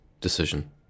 decision